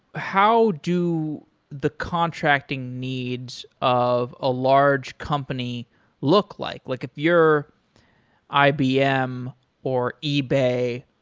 how do the contracting needs of a large company look like? like if you're ibm or ebay,